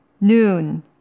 noon